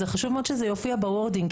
חשוב מאוד שזה יופיע בוורדינג,